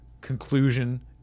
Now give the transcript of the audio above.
conclusion